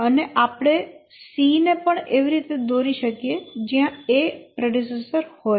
અને આપણે C ને એવી રીતે દોરી શકીએ જયાં A પ્રેડેસેસર હોય